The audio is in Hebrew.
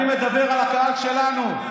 אני מדבר על הקהל שלנו.